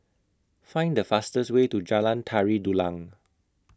Find The fastest Way to Jalan Tari Dulang